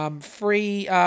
Free